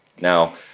Now